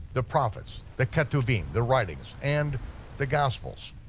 the prophets, the ketuvim, the writings, and the gospels.